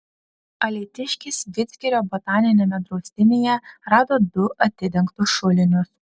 alytiškis vidzgirio botaniniame draustinyje rado du atidengtus šulinius